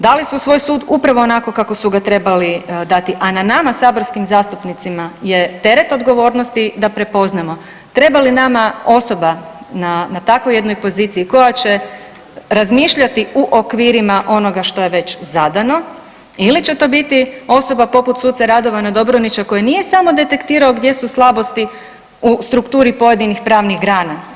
Dali su svoj sud upravo onako kako su ga trebali dati, a na nama saborskim zastupnicima je teret odgovornosti da prepoznamo treba li nama osoba na takvoj jednoj poziciji koja će razmišljati u okvirima onoga što je već zadano ili će to biti osoba poput suca Radovana Dobronića koji nije samo detektirao gdje su slabosti u strukturi pojedinih pravnih grana.